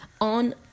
on